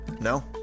No